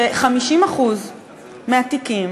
ש-50% מהתיקים